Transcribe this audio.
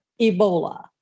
Ebola